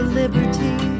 liberty